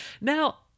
Now